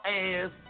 ass